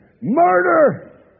murder